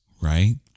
right